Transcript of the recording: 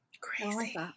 crazy